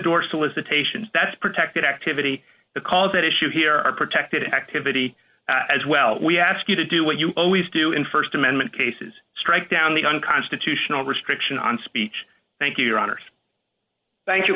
solicitation that's protected activity because at issue here are protected activity as well we ask you to do what you always do in st amendment cases strike down the unconstitutional restriction on speech thank you your honor thank you